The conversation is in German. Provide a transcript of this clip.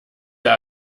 der